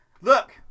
Look